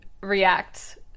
react